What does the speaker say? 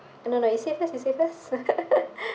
no no you say first you say first